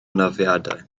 anafiadau